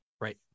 Right